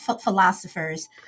philosophers